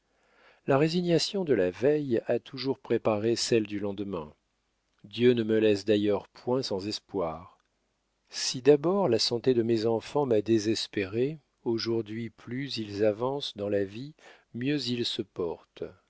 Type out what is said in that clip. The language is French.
la résignation de la veille a toujours préparé celle du lendemain dieu ne me laisse d'ailleurs point sans espoir si d'abord la santé de mes enfants m'a désespérée aujourd'hui plus ils avancent dans la vie mieux ils se portent